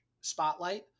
spotlight